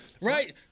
Right